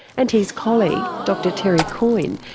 and his colleague dr terry coyne,